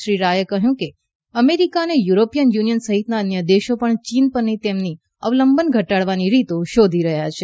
શ્રી રાયે કહ્યું કે અમેરિકા અને યુરોપિયન યુનિયન સહિતના અન્ય દેશો પણ ચીન પરની તેમની અવલંબન ઘટાડવાની રીતો શોધી રહ્યા છે